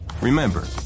Remember